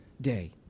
day